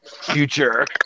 future